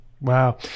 Wow